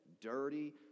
dirty